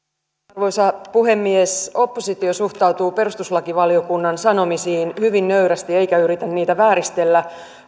arvoisa puhemies oppositio suhtautuu perustuslakivaliokunnan sanomisiin hyvin nöyrästi eikä yritä niitä vääristellä